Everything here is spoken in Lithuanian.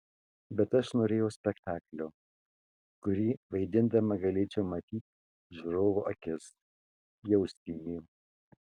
bet aš norėjau spektaklio kurį vaidindama galėčiau matyt žiūrovo akis jausti jį